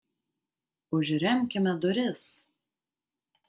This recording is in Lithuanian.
užremkime duris